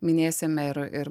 minėsime ir ir